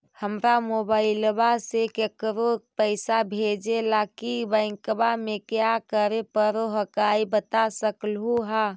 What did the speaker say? हमरा मोबाइलवा से केकरो पैसा भेजे ला की बैंकवा में क्या करे परो हकाई बता सकलुहा?